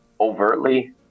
overtly